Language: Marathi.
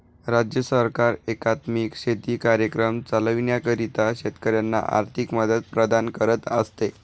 राज्य सरकार एकात्मिक शेती कार्यक्रम चालविण्याकरिता शेतकऱ्यांना आर्थिक मदत प्रदान करत असते